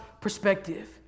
perspective